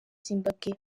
zimbabwe